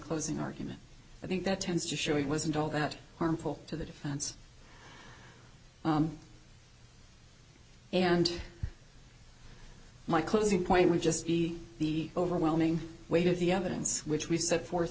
closing argument i think that tends to show it wasn't all that harmful to the defense and my closing point we just see the overwhelming weight of the evidence which we set forth